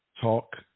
talk